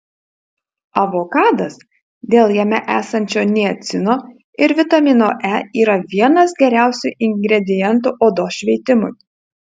avokadas dėl jame esančio niacino ir vitamino e yra vienas geriausių ingredientų odos šveitimui